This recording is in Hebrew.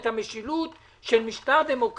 את המשילות של משטר דמוקרטי,